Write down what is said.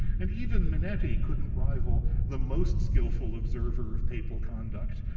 and even manetti couldn't rival the most skillful observer of papal conduct,